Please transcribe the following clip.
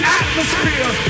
atmosphere